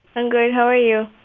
i'm good. how are you?